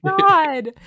God